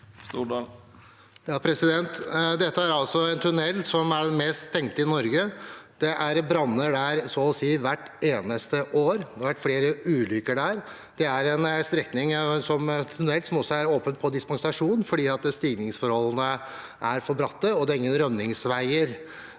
Dette er altså tunnelen som er mest stengt i Norge. Det er branner der så å si hvert eneste år. Det har vært flere ulykker der. Dette er en tunnel som er åpen på dispensasjon fordi stigningsforholdene er for bratte, og det er ingen rømningsveier.